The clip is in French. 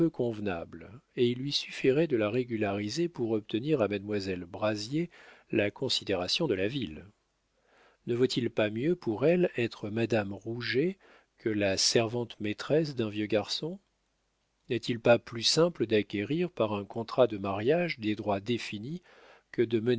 convenable et il lui suffirait de la régulariser pour obtenir à mademoiselle brazier la considération de la ville ne vaut-il pas mieux pour elle être madame rouget que la servante maîtresse d'un vieux garçon n'est-il pas plus simple d'acquérir par un contrat de mariage des droits définis que de